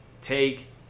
take